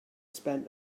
spend